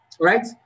Right